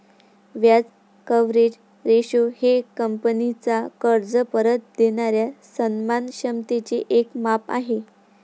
व्याज coverage ratio हे कंपनीचा कर्ज परत देणाऱ्या सन्मान क्षमतेचे एक माप आहे